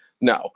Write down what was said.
no